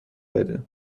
بده